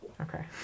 Okay